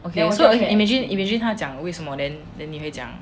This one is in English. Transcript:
okay so imagine imagine 她讲为什么 then 你会讲